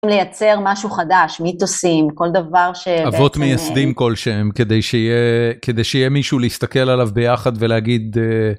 לייצר משהו חדש, מיתוסים, כל דבר שבעצם... אבות מייסדים כלשהם כדי שיהיה כדי שיהיה מישהו להסתכל עליו ביחד ולהגיד...